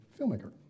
filmmaker